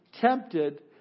tempted